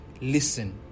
listen